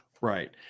Right